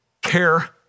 care